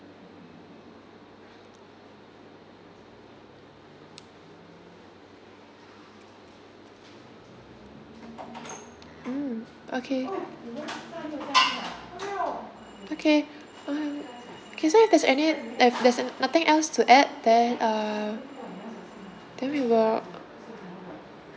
mm okay okay um okay so if there's any if there n~ nothing else to add then uh then we will